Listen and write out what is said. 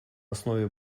основе